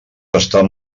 estan